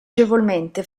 agevolmente